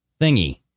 thingy